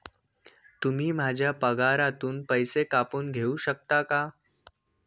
तुम्ही माझ्या पगारातून पैसे कापून घेऊ शकता का?